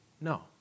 No